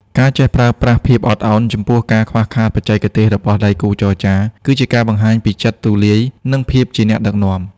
ការចេះប្រើប្រាស់ "ភាពអត់ឱន" ចំពោះការខ្វះខាតបច្ចេកទេសរបស់ដៃគូចរចា គឺជាការបង្ហាញពីចិត្តទូលាយ និងភាពជាអ្នកដឹកនាំ។